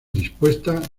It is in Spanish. dispuestas